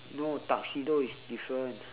no tuxedo is different